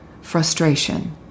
frustration